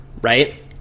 Right